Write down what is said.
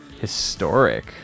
historic